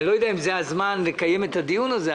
אני לא יודע אם זה הזמן לקיים את הדיון הזה.